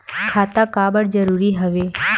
खाता का बर जरूरी हवे?